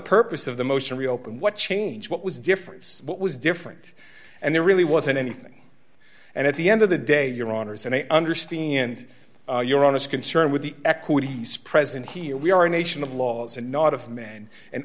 purpose of the motion reopened what change what was different what was different and there really wasn't anything and at the end of the day your honors and i understand your honest concern with the equities present here we are a nation of laws and not of men and